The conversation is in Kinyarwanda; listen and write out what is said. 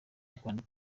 urwanda